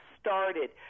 started